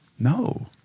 No